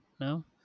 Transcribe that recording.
no